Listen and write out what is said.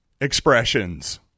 Expressions